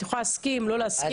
את יכולה להסכים, לא להסכים.